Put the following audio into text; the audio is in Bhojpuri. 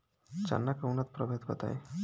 चना के उन्नत प्रभेद बताई?